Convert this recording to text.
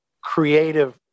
creative